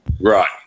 Right